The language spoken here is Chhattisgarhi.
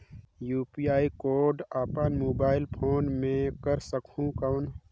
यू.पी.आई कोड अपन मोबाईल फोन मे कर सकहुं कौन?